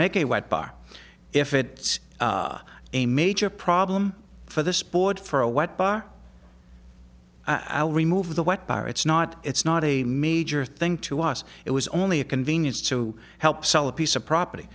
make a white bar if it were a major problem for the sport for a wet bar i'll remove the wet bar it's not it's not a major thing to us it was only a convenience to help sell a piece of property